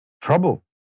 trouble